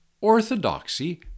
Orthodoxy